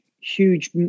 huge